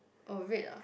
oh red ah